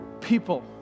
people